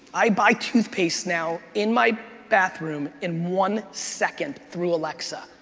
i buy toothpaste now in my bathroom in one second through alexa.